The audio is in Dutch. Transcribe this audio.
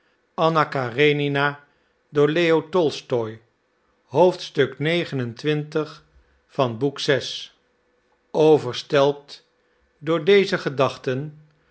overstelpt door deze gedachten